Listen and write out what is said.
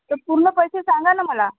ते पूर्ण पैसे सांगा ना मला